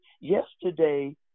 yesterday